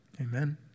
Amen